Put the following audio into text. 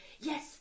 Yes